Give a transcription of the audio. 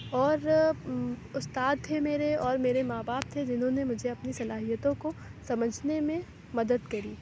اور استاد تھے میرے اور میرے ماں باپ تھے جنہوں نے مجھے اپنی صلاحیتوں کو سمجھنے میں مدد کری